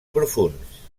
profunds